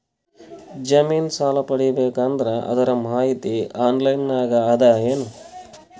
ಜಮಿನ ಸಾಲಾ ಪಡಿಬೇಕು ಅಂದ್ರ ಅದರ ಮಾಹಿತಿ ಆನ್ಲೈನ್ ನಾಗ ಅದ ಏನು?